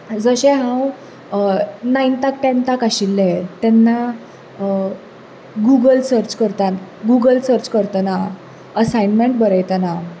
जशें हांव नायंथाक टॅन्थाक आशिल्लें तेन्ना गुगल सर्च करतात गुगल सर्च करताना असायनमेंट बरयतना